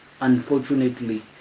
unfortunately